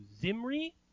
Zimri